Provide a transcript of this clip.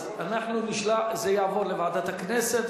אז זה יעבור לוועדת הכנסת,